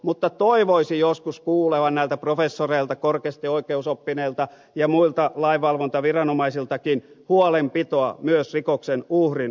mutta toivoisi joskus kuulevan näiltä professoreilta korkeasti oikeusoppineilta ja muilta lainvalvontaviranomaisiltakin huolenpitoa myös rikoksen uhrin oikeusturvasta